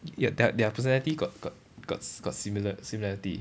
their their personality got got got s~ got similar similarity